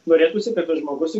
norėtųsi kad tas žmogus